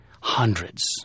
Hundreds